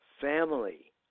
Family